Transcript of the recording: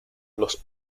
los